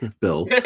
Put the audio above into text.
Bill